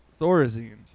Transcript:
Thorazine